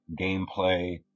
gameplay